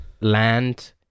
land